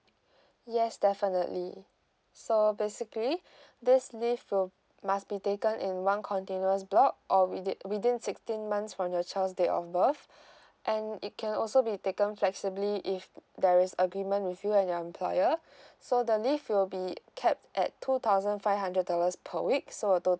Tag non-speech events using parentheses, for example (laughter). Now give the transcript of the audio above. yes definitely so basically (breath) this leave will must be taken in one continuous block or with within sixteen months from your child's date of birth (breath) and it can also be taken flexibly if there is agreement with you and your employer (breath) so the leave will be capped at two thousand five hundred dollars per week so a total